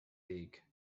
league